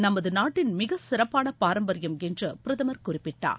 நமது நாட்டின் மிகச் சிறப்பான பாரம்பரியம் என்று பிரதமர் குறிப்பிட்டார்